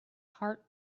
heart